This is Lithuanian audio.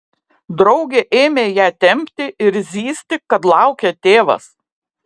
draugė ėmė ją tempti ir zyzti kad laukia tėvas